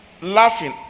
laughing